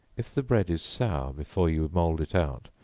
if the bread is sour before you mould it out,